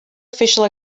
official